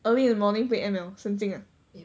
early in the morning play M_L 神经 ah